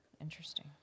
interesting